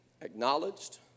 Acknowledged